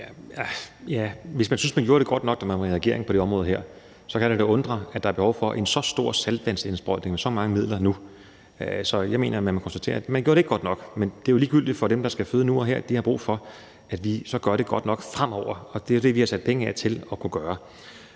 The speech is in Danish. Hvis man synes, at man gjorde det godt nok på det her område, da man var i regering, så kan det da undre, at der er behov for en så stor saltvandsindsprøjtning, så mange midler, nu. Så jeg mener, vi må konstatere, at man ikke gjorde det godt nok. Men det er jo ligegyldigt for dem, der skal føde nu og her – de har brug for, at vi så gør det godt nok fremover. Og det er det, vi har sat penge af til at kunne gøre.